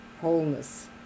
wholeness